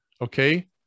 okay